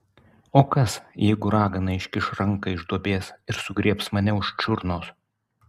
o kas jeigu ragana iškiš ranką iš duobės ir sugriebs mane už čiurnos